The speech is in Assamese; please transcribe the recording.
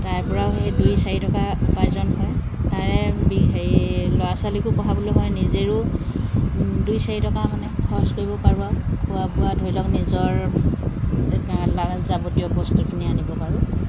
তাৰপৰাও সেই দুই চাৰি টকা উপাৰ্জন হয় তাৰে হেৰি ল'ৰা ছোৱালীকো পঢ়াবলৈ হয় নিজৰো দুই চাৰি টকা মানে খৰচ কৰিব পাৰোঁ আৰু খোৱা বোৱা ধৰি লওক নিজৰ লগা যাৱতীয় বস্তুখিনি আনিব পাৰোঁ